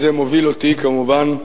וזה מוביל אותי, כמובן,